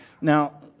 Now